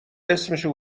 اسمشو